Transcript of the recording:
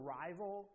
rival